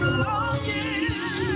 longing